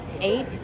eight